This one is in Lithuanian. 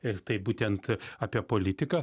i tai būtent apie politiką